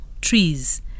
trees